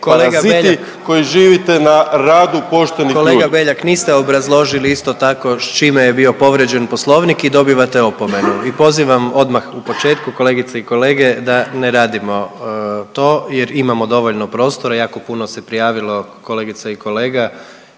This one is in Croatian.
Kolega Beljak niste obrazložili isto tako s čime je bio povrijeđen poslovnik i dobivate opomenu. I pozivam odmah u početku kolegice i kolege da ne radimo to jer imamo dovoljno prostora. Jako puno se prijavilo kolegica i kolega